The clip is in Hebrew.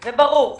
זה חמור מאוד.